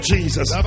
Jesus